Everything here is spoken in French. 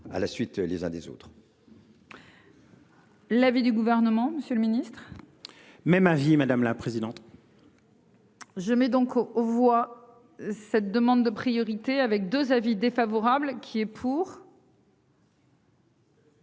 À la suite les uns des autres. L'avis du gouvernement, Monsieur le Ministre. Même avis madame la présidente. Je mets donc aux voix. Cette demande de priorité avec 2 avis défavorable qui est pour.